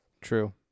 True